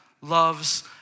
loves